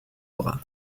bras